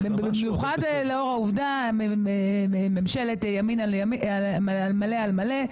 במיוחד לאור העובדה שזאת ממשלת ימין מלא על מלא.